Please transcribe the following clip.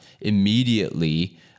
immediately